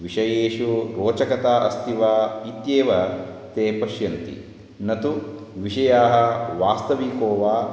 विषयेषु रोचकता अस्ति वा इत्येव ते पश्यन्ति न तु विषयाः वास्तविकः वा